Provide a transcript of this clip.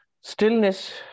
Stillness